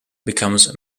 becomes